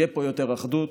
תהיה פה יותר אחדות